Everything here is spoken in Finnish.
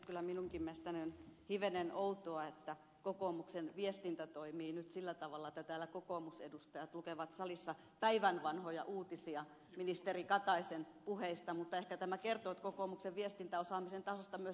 kyllä minunkin mielestäni on hivenen outoa että kokoomuksen viestintä toimii nyt sillä tavalla että täällä kokoomusedustajat lukevat salissa päivän vanhoja uutisia ministeri kataisen puheista mutta ehkä tämä kertoo kokoomuksen viestintäosaamisen tasosta myös